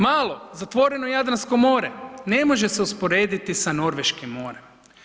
Malo zatvoreno Jadransko more ne može se usporediti sa Norveškim morem.